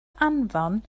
anfon